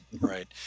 Right